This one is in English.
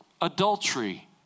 adultery